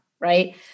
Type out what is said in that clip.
right